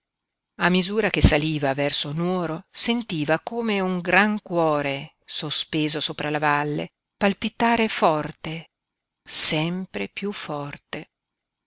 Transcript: a misura che saliva verso nuoro sentiva come un gran cuore sospeso sopra la valle palpitare forte sempre piú forte